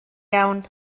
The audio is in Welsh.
iawn